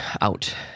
out